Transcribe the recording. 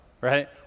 right